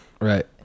Right